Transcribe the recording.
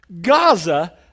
Gaza